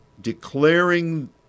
declaring